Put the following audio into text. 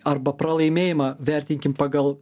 arba pralaimėjimą vertinkim pagal